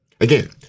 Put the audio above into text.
Again